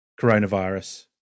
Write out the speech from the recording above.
coronavirus